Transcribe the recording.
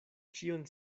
ĉion